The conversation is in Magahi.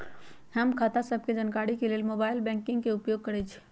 हम खता सभके जानकारी के लेल मोबाइल बैंकिंग के उपयोग करइछी